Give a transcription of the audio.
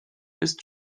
ist